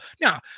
Now